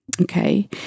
okay